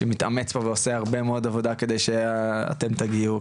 שמתאמץ פה ועושה הרבה מאוד עבודה כדי שאתם תגיעו,